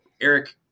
Eric